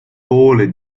poole